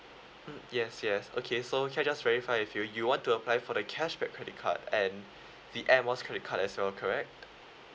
mm yes yes okay so can I just verify with you you want to apply for the cashback credit card and the air miles credit card as well correct